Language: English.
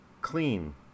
clean